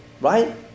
Right